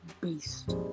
beast